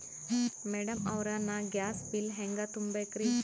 Madam ಅವ್ರ, ನಾ gas bill ಹೆಂಗ ತುಂಬಾ ಬೇಕ್ರಿ?